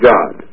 God